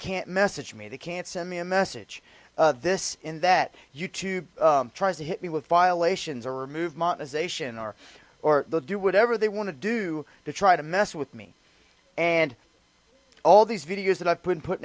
can't message me they can't send me a message this in that you tube tries to hit me with violations or movement as ation or or they'll do whatever they want to do to try to mess with me and all these videos that i put